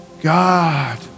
God